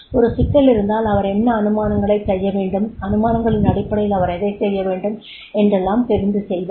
ஒரு சிக்கல் இருந்தால் அவர் என்ன அனுமானங்களைச் செய்ய வேண்டும் அனுமானங்களின் அடிப்படையில் அவர் எதைச் செய்ய வேண்டும் என்றெல்லாம் தெரிந்து செய்வார்